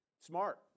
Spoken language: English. smart